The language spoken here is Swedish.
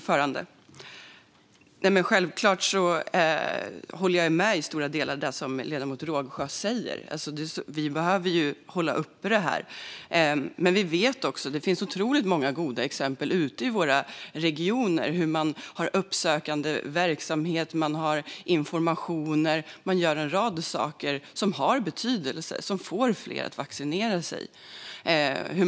Fru talman! Självklart håller jag med om stora delar av det som ledamoten Rågsjö säger. Vi behöver hålla uppe det här. Men vi vet också att det finns otroligt många goda exempel ute i våra regioner. Man har uppsökande verksamhet och informerar. Man gör en rad saker som har betydelse, som får fler att vaccinera sig.